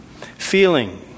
feeling